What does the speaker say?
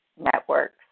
networks